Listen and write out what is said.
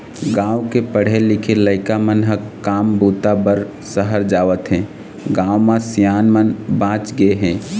गाँव के पढ़े लिखे लइका मन ह काम बूता बर सहर जावत हें, गाँव म सियान मन बाँच गे हे